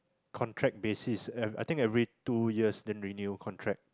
contract basis I think every two years then renew contract